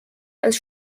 als